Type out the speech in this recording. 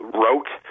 wrote